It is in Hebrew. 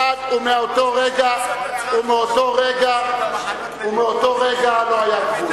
ומאותו רגע לא היה גבול.